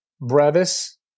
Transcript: brevis